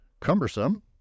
cumbersome